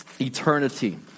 eternity